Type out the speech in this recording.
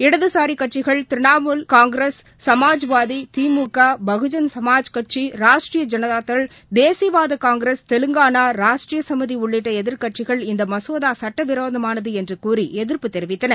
இடதுசாரிகட்சிகள் Trinamool Congress Samajwadi DMK Bahujan Samaj கட்சி ராஷ்ட்ரீய தேசியவாதகாங்கிரஸ் தெலங்கானா ராஷ்டிரசமீதிஉள்ளிட்டஎதிர்க்கட்சிகள் ஐனதாதள் இந்தமசோதாசட்டவிரோதமானதுஎன்றுகூறிஎதிர்ப்பு தெரிவித்தன